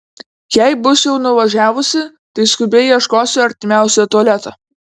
jei bus jau nuvažiavusi tai skubiai ieškosiu artimiausio tualeto